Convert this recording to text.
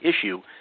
issue